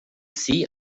see